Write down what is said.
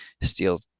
Steel